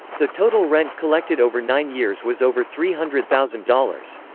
the total rent collected over nine years was over three hundred thousand dollars.